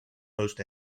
most